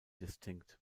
distinct